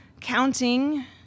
counting